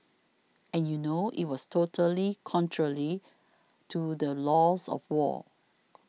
and you know it was totally contrarily to the laws of war